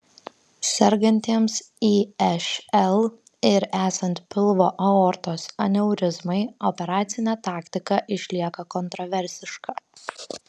sergantiems išl ir esant pilvo aortos aneurizmai operacinė taktika išlieka kontraversiška